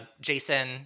Jason